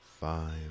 five